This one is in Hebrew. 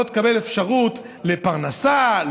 לא תקבל אפשרות לפרנסה,